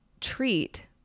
treat